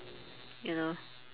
you know